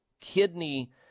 kidney